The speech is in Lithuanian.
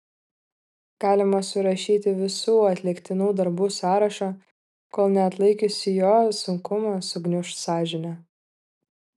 galima surašyti visų atliktinų darbų sąrašą kol neatlaikiusi jo sunkumo sugniuš sąžinė